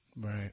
Right